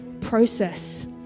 process